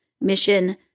mission